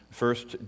first